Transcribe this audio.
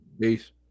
Peace